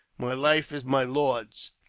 my life is my lord's,